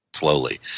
slowly